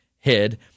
head